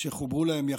שחוברו להם יחדיו,